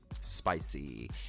spicy